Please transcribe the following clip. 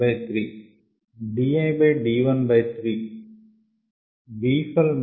D i by D 1 by 3